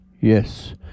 Yes